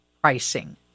pricing